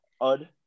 odd